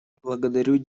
благодарю